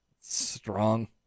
strong